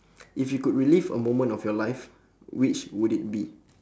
if you could relive a moment of your life which would it be